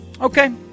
Okay